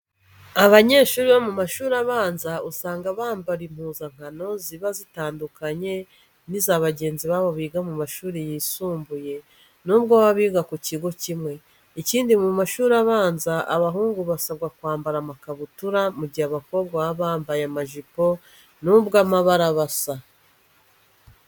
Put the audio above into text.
Abanyeshuri bo mu mashuri abanza usanga bambara impuzankano ziba zitandukanye n'iza bagenzi babo biga mu mashuri yisumbuye nubwo baba biga ku kigo kimwe. Ikindi mu mashuri abanza abahungu basabwa kwambara amakabutura mu gihe abakobwa baba bambaye amajipo nubwo amabara aba asa.